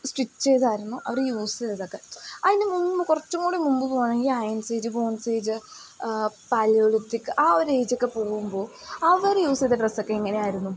stitch ചെയ്തായിരുന്നു അവർ use ചെയ്തതൊക്കെ അതിൻ്റെ മുമ്പ് കുറച്ചും കൂടി മുമ്പ് പോകണമെങ്കിൽ irons age bronze age paleolithic ആ ഒരു ഏജൊക്കെ പോകുമ്പോൾ അവർ യൂസ് ചെയ്ത ഡ്രസ്സൊക്കെ എങ്ങനെയായിരുന്നു